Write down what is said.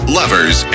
lovers